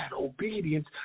obedience